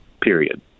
period